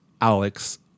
Alex